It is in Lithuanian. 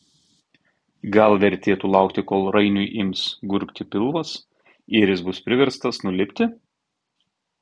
gal vertėtų laukti kol rainiui ims gurgti pilvas ir jis bus priverstas nulipti